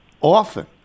often